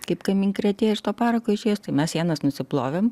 kaip kaminkrėtė iš to parako išėjus tai mes sienas nusiplovėme